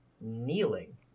kneeling